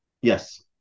Yes